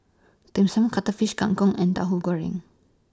Dim Sum Cuttlefish Kang Kong and Tauhu Goreng